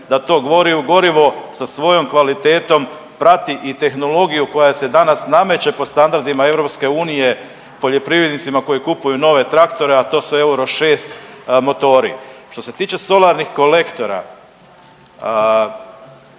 da to gorivo sa svojom kvalitetom prati i tehnologiju koja se danas nameće po standardima EU poljoprivrednicima koji kupuju nove traktore, a to su euro šest motori. Što se tiče solarnih kolektora